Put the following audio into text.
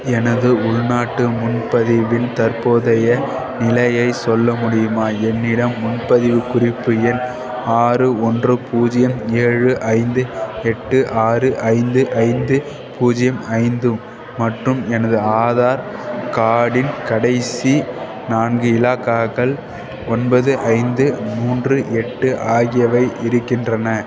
எனது உள்நாட்டு முன்பதிவின் தற்போதைய நிலையைச் சொல்ல முடியுமா என்னிடம் முன்பதிவு குறிப்பு எண் ஆறு ஒன்று பூஜ்ஜியம் ஏழு ஐந்து எட்டு ஆறு ஐந்து ஐந்து பூஜ்ஜியம் ஐந்து மற்றும் எனது ஆதார் கார்டின் கடைசி நான்கு இலாக்காக்கள் ஒன்பது ஐந்து மூன்று எட்டு ஆகியவை இருக்கின்றன